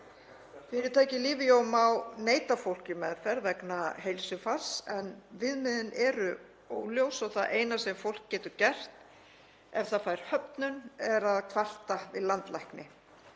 Fyrirtækið Livio má neita fólki um meðferð vegna heilsufars, en viðmiðin eru óljós og það eina sem fólk getur gert ef það fær höfnun er að kvarta við landlækni.